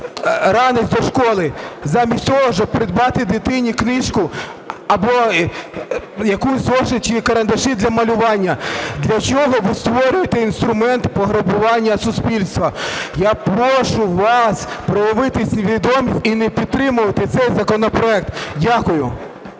ранець до школи, замість того, щоб придбати дитині книжку або якийсь зошит чи карандаші для малювання. Для чого ви створюєте інструмент пограбування суспільства? Я прошу вас проявити свідомість і не підтримувати цей законопроект. Дякую.